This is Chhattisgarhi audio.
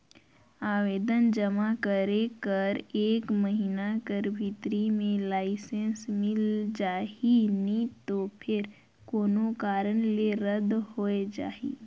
आवेदन जमा करे कर एक महिना कर भीतरी में लाइसेंस मिल जाही नी तो फेर कोनो कारन ले रद होए जाही